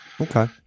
Okay